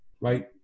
right